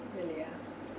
really ah